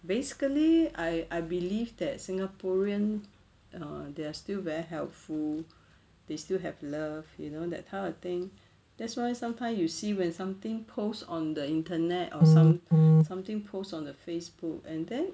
basically I believe that singaporean err they are still very helpful they still have love you know that type of thing that's why sometime you see when something post on the internet or some~ something post on facebook and then